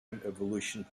evolution